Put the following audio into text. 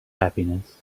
happiness